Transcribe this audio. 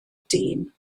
dyn